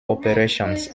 operations